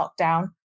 lockdown